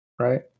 right